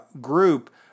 group